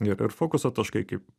ir ir fokuso taškai kaip